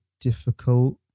difficult